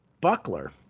buckler